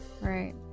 right